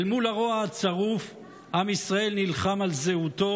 אל מול הרוע הצרוף עם ישראל נלחם על זהותו,